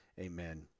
Amen